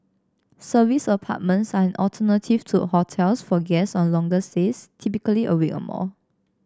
serviced apartments are an alternative to hotels for guests on longer stays typically a week or more